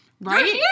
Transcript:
Right